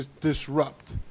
disrupt